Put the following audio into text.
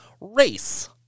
Race